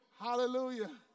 Hallelujah